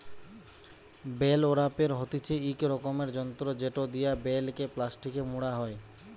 bell wrapper হতিছে ইক রকমের যন্ত্র জেটো দিয়া বেল কে প্লাস্টিকে মোড়া হই